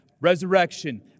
resurrection